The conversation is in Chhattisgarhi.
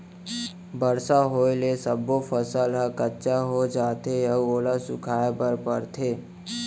बरसा होए ले सब्बो फसल ह कच्चा हो जाथे अउ ओला सुखोए बर परथे